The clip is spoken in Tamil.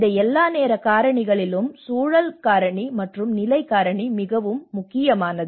இந்த எல்லா நேர காரணிகளிலும் சூழல் காரணி மற்றும் நிலை காரணி மிகவும் முக்கியமானது